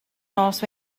nos